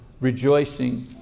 rejoicing